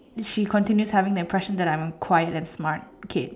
she continue telling the impression that I'm quiet and smart okay